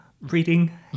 reading